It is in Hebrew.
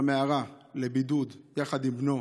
למערה, לבידוד, יחד עם בנו.